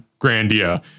Grandia